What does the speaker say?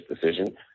decision